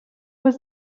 was